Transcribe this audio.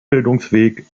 bildungsweg